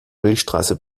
milchstraße